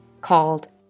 called